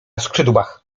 skrzydłach